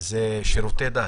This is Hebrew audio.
נמצא שירותי דת.